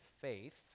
faith